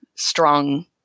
strong